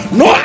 no